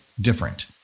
different